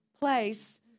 place